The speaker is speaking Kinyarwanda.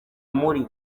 muri